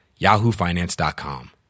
yahoofinance.com